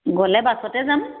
গ'লে বাছতে যাম